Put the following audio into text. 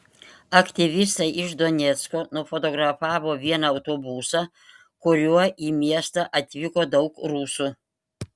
aktyvistai iš donecko nufotografavo vieną autobusą kuriuo į miestą atvyko daug rusų